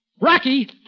Rocky